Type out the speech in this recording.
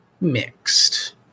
mixed